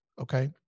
okay